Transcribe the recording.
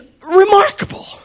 remarkable